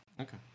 Okay